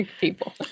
people